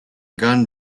gun